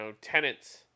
tenants